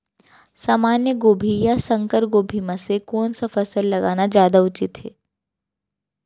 सामान्य गोभी या संकर गोभी म से कोन स फसल लगाना जादा उचित हे?